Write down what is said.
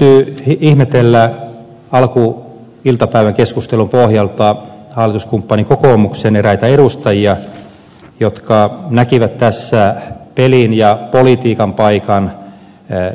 täytyy ihmetellä alkuiltapäivän keskustelun pohjalta hallituskumppani kokoomuksen eräitä edustajia jotka näkivät tässä pelin ja politiikan paikan